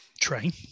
train